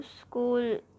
school